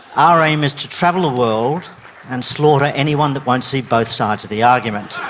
our aim is to travel the world and slaughter anyone that won't see both sides of the argument.